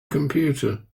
computer